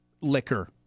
liquor